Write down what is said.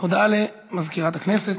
הודעה למזכירת הכנסת.